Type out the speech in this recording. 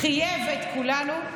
וחייב את כולנו,